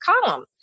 column